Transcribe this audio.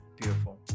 Beautiful